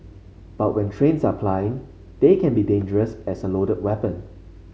but when trains are plying they can be as dangerous as a loaded weapon